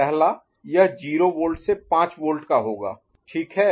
पहला यह 0 वोल्ट से 5 वोल्ट का होगा ठीक है